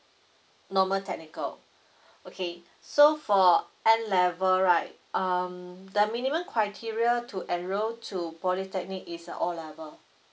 normal technical okay so for A level right um the minimum criteria to enroll to polytechnic is a O level